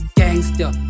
gangster